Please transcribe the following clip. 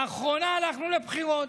לאחרונה הלכנו לבחירות,